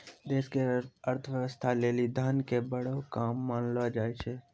देश के अर्थव्यवस्था लेली धन के बड़ो काम मानलो जाय छै